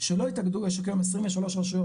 שלא התאגדו- יש כרגע כיום 23 רשויות